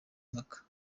impaka